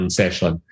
session